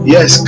Yes